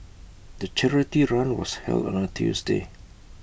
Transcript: the charity run was held on A Tuesday